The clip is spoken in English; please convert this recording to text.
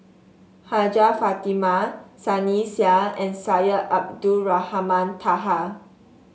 Hajjah Fatimah Sunny Sia and Syed Abdulrahman Taha